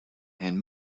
and